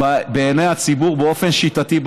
בעיני הציבור באופן שיטתי,